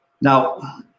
Now